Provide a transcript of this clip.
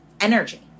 energy